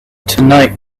tonight